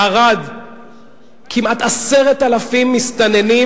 בערד כמעט 10,000 מסתננים.